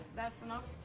that's enough.